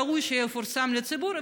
ראוי שיפורסם לציבור,